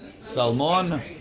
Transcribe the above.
Salmon